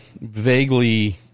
vaguely